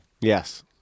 Yes